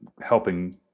helping